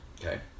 Okay